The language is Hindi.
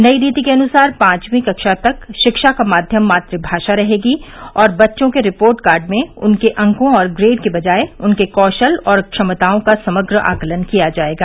नई नीति के अनुसार पांचवीं कक्षा तक शिक्षा का माध्यम मातृभाषा रहेगी और बच्चों के रिपोर्ट कार्ड में उनके अंकों और ग्रेड की बजाय उनके कौशल और क्षमताओं का समग्र आकलन किया जाएगा